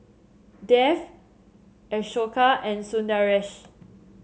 Dev Ashoka and Sundaresh